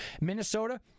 Minnesota